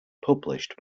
published